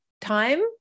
time